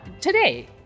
Today